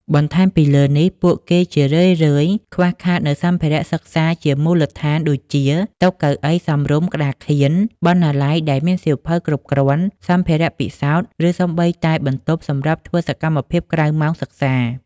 បន្ថែមពីលើនេះ ពួកគេជារឿយៗខ្វះខាតនូវសម្ភារៈសិក្សាជាមូលដ្ឋានដូចជា តុ កៅអី សមរម្យ ក្តារខៀន បណ្ណាល័យដែលមានសៀវភៅគ្រប់គ្រាន់ សម្ភារៈពិសោធន៍ ឬសូម្បីតែបន្ទប់សម្រាប់ធ្វើសកម្មភាពក្រៅម៉ោងសិក្សា។